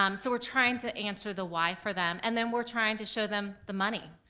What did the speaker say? um so, we're trying to answer the why for them, and then we're trying to show them the money.